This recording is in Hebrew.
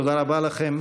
תודה רבה לכם.